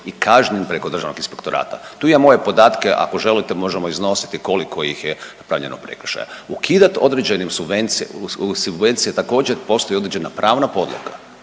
i kažnjen preko Državnog inspektorata. Tu imam ove podatke ako želite možemo iznositi koliko ih je napravljeno prekršaja. Ukidati određene subvencije također postoji određena pravna podloga,